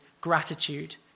gratitude